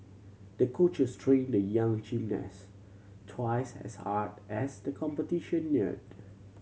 the coaches trained the young gymnast twice as hard as the competition neared